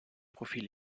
profil